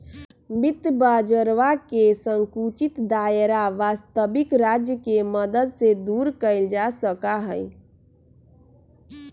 वित्त बाजरवा के संकुचित दायरा वस्तबिक राज्य के मदद से दूर कइल जा सका हई